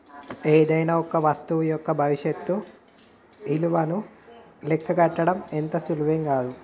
ఏదైనా వస్తువు యొక్క భవిష్యత్తు ఇలువను లెక్కగట్టడం అంత సులువేం గాదు